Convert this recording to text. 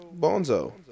Bonzo